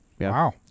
Wow